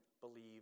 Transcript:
believe